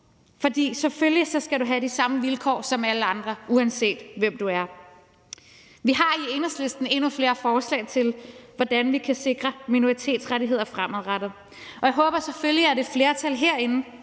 for selvfølgelig skal du have de samme vilkår som alle andre, uanset hvem du er. Vi har i Enhedslisten endnu flere forslag til, hvordan vi kan sikre minoritetsrettigheder fremadrettet, og jeg håber selvfølgelig, at et flertal herinde